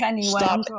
stop